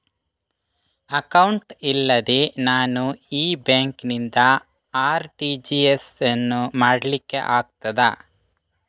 Account ಇಲ್ಲದೆ ನಾನು ಈ ಬ್ಯಾಂಕ್ ನಿಂದ ಆರ್.ಟಿ.ಜಿ.ಎಸ್ ಯನ್ನು ಮಾಡ್ಲಿಕೆ ಆಗುತ್ತದ?